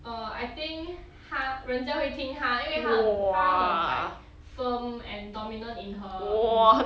err I think 她人家会听她因为她很她很 like firm and dominant in her in